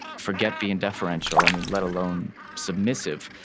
forget being deferential, i mean, let alone submissive.